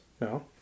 No